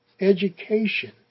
education